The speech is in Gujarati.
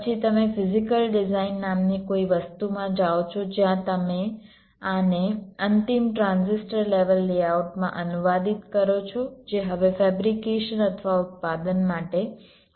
પછી તમે ફિઝીકલ ડિઝાઇન નામની કોઈ વસ્તુમાં જાઓ છો જ્યાં તમે આને અંતિમ ટ્રાન્ઝિસ્ટર લેવલ લેઆઉટમાં અનુવાદિત કરો છો જે હવે ફેબ્રિકેશન અથવા ઉત્પાદન માટે તૈયાર છે